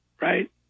right